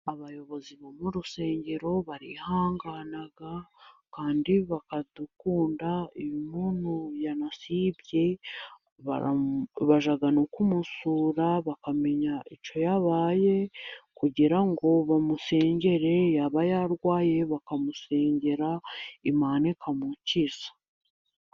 Abayobozi bo mu rusengero barihangana kandi bakadukunda, iyo umuntu yanasibye bajya kumusura bakamenya icyo yabaye kugira ngo bamusengere ,yaba yarwaye bakamusengera Imana ikamukiza.